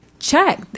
Check